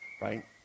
right